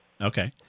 Okay